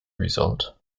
result